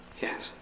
Yes